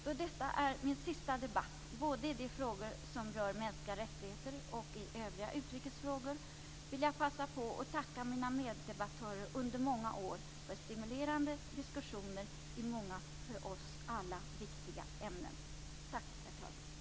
Då detta är min sista debatt både i de frågor som rör mänskliga rättigheter och i övriga utrikesfrågor, vill jag passa på att tacka mina meddebattörer under många år för stimulerande diskussioner i många för oss alla viktiga ämnen. Tack, herr talman!